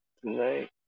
tonight